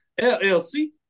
LLC